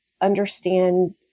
understand